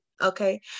okay